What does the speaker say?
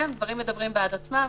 כן, הדברים מדברים בעד עצמם.